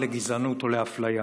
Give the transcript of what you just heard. לגזענות או לאפליה.